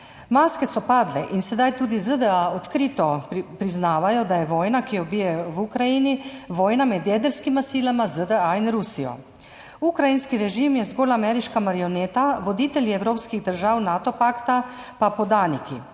Maske so padle in sedaj tudi ZDA odkrito priznavajo, da je vojna, ki jo bijejo v Ukrajini, vojna med jedrskima silama ZDA in Rusijo. Ukrajinski režim je zgolj ameriška marioneta, voditelji evropskih držav Nato pakta pa podaniki.